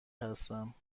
هستم